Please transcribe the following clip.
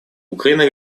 украина